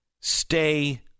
Stay